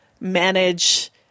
manage